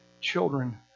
children